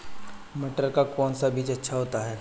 मटर का कौन सा बीज अच्छा होता हैं?